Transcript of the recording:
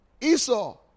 Esau